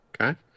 Okay